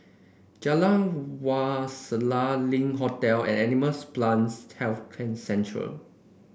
Jalan Wak Selat Link Hotel and Animals Plants Health Centre